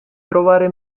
trovare